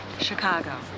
Chicago